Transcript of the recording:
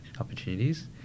opportunities